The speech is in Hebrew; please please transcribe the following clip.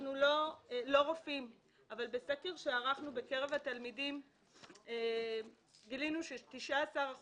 אנחנו לא רופאים אבל בסקר שערכנו בקרב התלמידים גילינו ש-19%